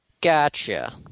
Gotcha